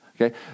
Okay